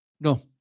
no